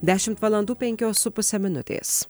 dešimt valandų penkios su puse minutės